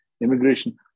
immigration